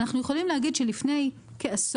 אנחנו יכולים להגיד שלפני כעשור,